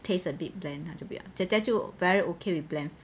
tastes a bit bland 他就不要姐姐就 very okay with bland food